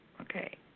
okay